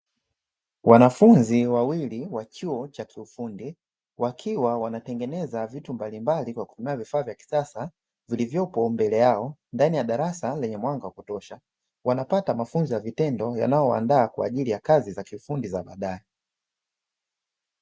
Wanafunzi wawili wa chuo cha kiufundi wakiwa wanatengeneza vitu mbalimbali kwa kutumia vifaa vya kisasa vilivyopo mbele yao ndani ya darasa lenye mwanga wa kutosha, wanapata mafunzo ya vitendo yanayowaandaa kwa ajili ya kazi za kiufundi za badae.